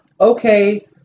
okay